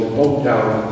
hometown